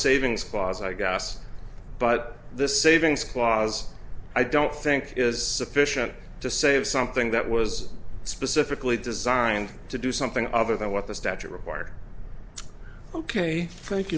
savings clause i guess but the savings clause i don't think is official to say of something that was specifically designed to do something other than what the statute required ok thank you